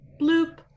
Bloop